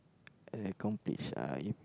uh like complete sia you